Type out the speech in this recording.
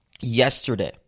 yesterday